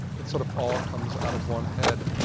it sort of all comes out of one head,